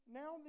now